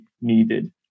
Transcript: needed